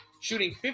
Shooting